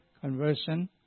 conversion